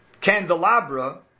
candelabra